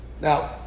Now